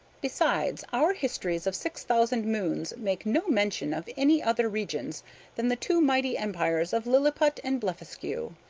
besides, our histories of six thousand moons make no mention of any other regions than the two mighty empires of lilliput and blefuscu,